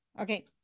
Okay